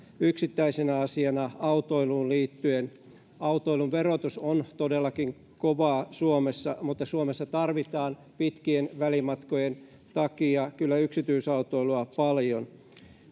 yksittäisenä asiana autoiluun liittyen autoilun verotus on todellakin kovaa suomessa mutta suomessa tarvitaan kyllä pitkien välimatkojen takia yksityisautoilua paljon